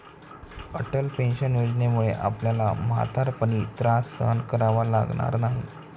Atal pension योजनेमुळे आपल्याला म्हातारपणी त्रास सहन करावा लागणार नाही